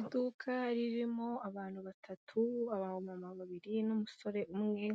Iduka ririmo abantu batatu, abamama babiri n'umusore umwe,